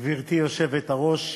גברתי היושבת-ראש,